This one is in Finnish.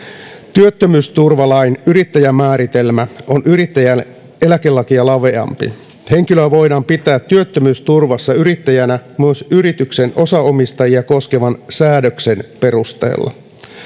työttömyysturvalain yrittäjämääritelmä on yrittäjän eläkelakia laveampi henkilöä voidaan pitää työttömyysturvassa yrittäjänä myös yrityksen osaomistajia koskevan säädöksen perusteella